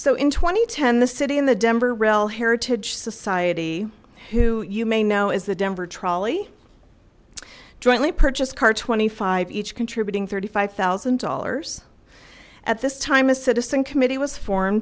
and ten the city in the denver rail heritage society who you may know is the denver trolley jointly purchased car twenty five each contributing thirty five thousand dollars at this time a citizen committee was for